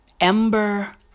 Ember